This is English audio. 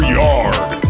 yard